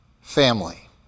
family